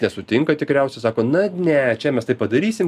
nesutinka tikriausiai sako na ne čia mes taip padarysim